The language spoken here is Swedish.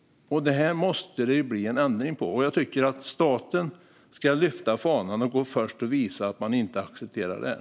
Det måste bli en ändring på det här, och jag tycker att staten ska lyfta fanan och gå först och visa att man inte accepterar det här.